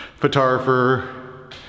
photographer